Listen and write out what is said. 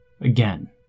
again